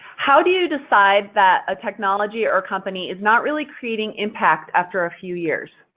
how do you decide that a technology or a company is not really creating impact after a few years?